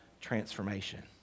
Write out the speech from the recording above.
transformation